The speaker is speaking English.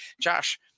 Josh